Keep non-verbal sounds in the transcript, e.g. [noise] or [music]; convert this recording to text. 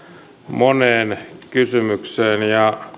moneen kysymykseen ja [unintelligible]